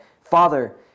Father